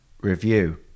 review